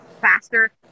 faster